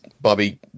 Bobby